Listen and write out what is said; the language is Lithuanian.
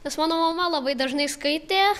nes mano mama labai dažnai skaitė